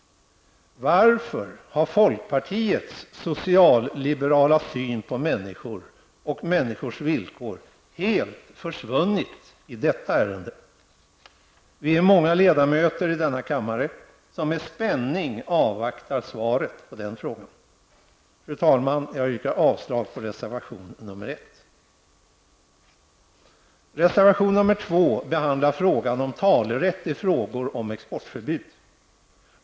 Varför har folkpartiets socialliberala syn på människor och människors villkor helt försvunnit i detta ärende? Vi är många ledamöter i denna kammare som med spänning avvaktar svaret på den frågan. Fru talman! Jag yrkar avslag på reservation nr 1. Reservation nr 2 behandlar frågan om talerätt i frågor om exportförbud.